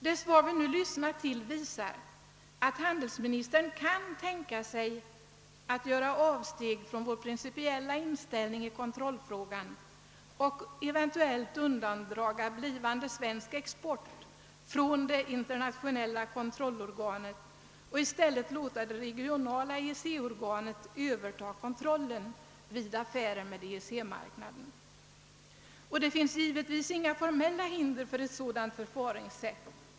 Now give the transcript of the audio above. Det svar vi nu lyssnat till visar att handelsministern kan tänka sig att göra avsteg från vår principiella inställning i kontrollfrågan och eventuellt undandra framtida svensk export från det intiernationella kontrollorganet och i stället låta det regionala EEC-organet överta kontrollen vid affärer med EEC marknaden. Det finns givetvis inga formella hinder för ett sådant förfaringssätt.